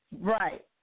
Right